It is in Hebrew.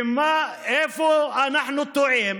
ומה, איפה אנחנו טועים